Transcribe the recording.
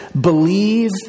Believe